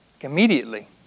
immediately